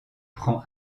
prend